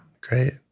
great